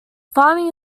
farming